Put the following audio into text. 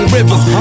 Rivers